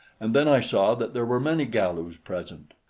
and then i saw that there were many galus present.